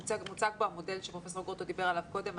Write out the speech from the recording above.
מוצג בו המודל שפרופ' גרוטו דיבר עליו קודם,